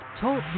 talk